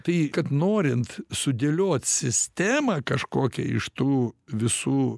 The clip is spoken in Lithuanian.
tai kad norint sudėliot sistemą kažkokią iš tų visų